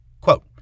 Quote